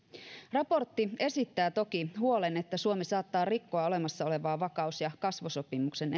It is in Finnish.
raportti esittää toki huolen että suomi saattaa rikkoa olemassa olevaa vakaus ja kasvusopimuksen